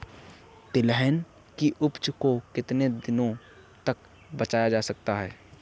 तिलहन की उपज को कितनी दिनों तक बचाया जा सकता है?